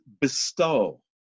bestow